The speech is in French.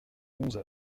onze